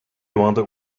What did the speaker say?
wanted